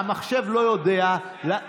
המחשב לא יודע, בהסכמה.